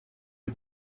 the